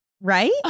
Right